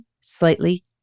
slightly